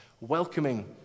welcoming